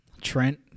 Trent